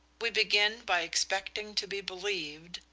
we begin by expecting to be believed,